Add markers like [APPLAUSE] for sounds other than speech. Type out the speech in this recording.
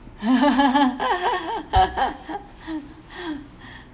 [LAUGHS]